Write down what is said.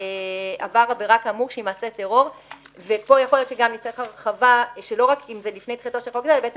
מצאה שעבר עבירה כאמור שהיא מעשה טרור לפני תחילתו של חוק זה." אחרי